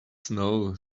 snow